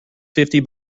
fifty